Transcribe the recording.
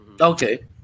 Okay